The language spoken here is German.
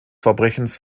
verbrechens